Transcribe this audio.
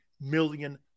million